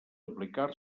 aplicar